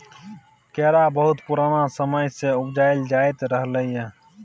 केरा बहुत पुरान समय सँ उपजाएल जाइत रहलै यै